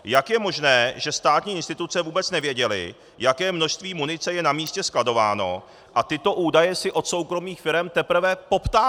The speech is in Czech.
Jak je možné, že státní instituce vůbec nevěděly, jaké množství munice je na místě skladováno, a tyto údaje si od soukromých firem teprve poptávaly?